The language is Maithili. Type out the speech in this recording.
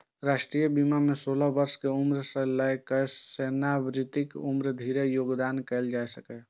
राष्ट्रीय बीमा मे सोलह वर्ष के उम्र सं लए कए सेवानिवृत्तिक उम्र धरि योगदान कैल जा सकैए